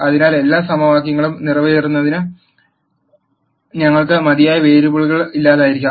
അതിനാൽ എല്ലാ സമവാക്യങ്ങളും നിറവേറ്റുന്നതിന് ഞങ്ങൾക്ക് മതിയായ വേരിയബിളുകൾ ഇല്ലായിരിക്കാം